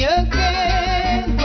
again